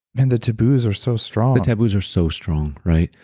man, the taboos are so strong the taboos are so strong, right?